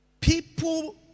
People